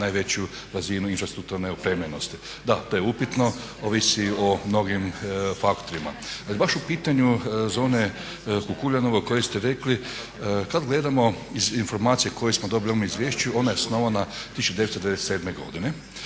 najveću razinu infrastrukturne opremljenosti. Da, to je upitno, ovisi o mnogim faktorima. Baš u pitanju zone Kukuljanovo koju ste rekli, kad gledamo iz informacije koju smo dobili u ovom izvješću, ona je osnovana 1997. godine.